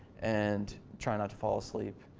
and try not to fall asleep.